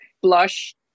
blush